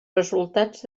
resultats